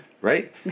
right